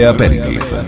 Aperitif